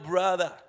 Brother